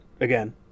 again